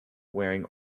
wearing